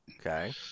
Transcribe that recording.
Okay